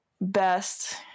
Best